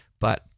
but-